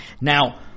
now